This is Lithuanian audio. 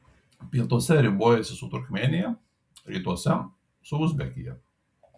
pietuose ribojasi su turkmėnija rytuose su uzbekija